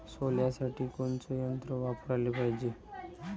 सोल्यासाठी कोनचं यंत्र वापराले पायजे?